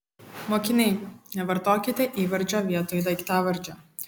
mokiniai nevartokite įvardžio vietoj daiktavardžio